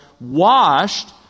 washed